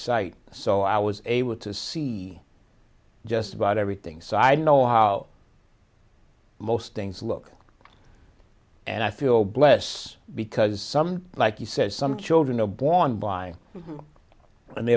eyesight so i was able to see just about everything so i know how most things look and i feel bless because some like you said some children are born blind and they